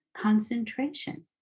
concentration